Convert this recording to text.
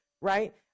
right